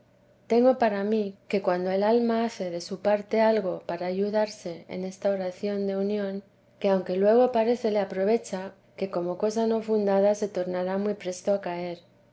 tengo para mí que cuando el alma hace de su parte algo para ayudarse en esta oración de unión que aunque luego parece le aprovecha que como cosa no fundada se tornará muy presto a caer